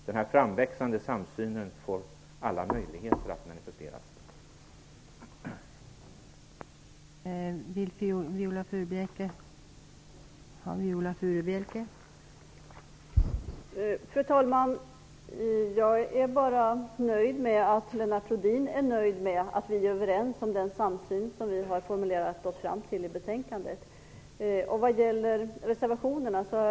Det kommer att bli stora möjligheter att manifestera den framväxande samsynen.